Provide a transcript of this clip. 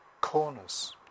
corners